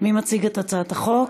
מי מציג את הצעת החוק?